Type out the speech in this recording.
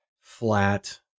flat